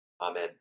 Amen